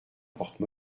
porte